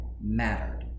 mattered